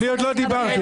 אני עוד לא דיברתי.